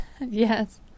yes